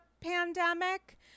pandemic